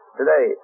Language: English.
today